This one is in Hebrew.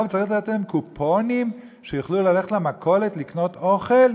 וצריך לתת להם קופונים שיוכלו ללכת למכולת לקנות אוכל?